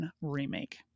Remake